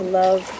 love